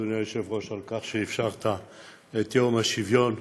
אדוני היושב-ראש, על כך שאפשרת את יום השוויון,